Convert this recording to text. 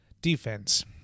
Defense